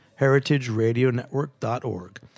HeritageRadioNetwork.org